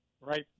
Right